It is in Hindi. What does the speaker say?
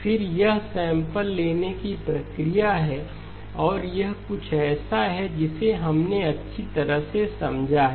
फिर यह सैंपल लेने की प्रक्रिया है और यह कुछ ऐसा है जिसे हमने अच्छी तरह से समझा है